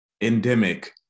endemic